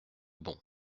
bon